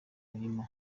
mirima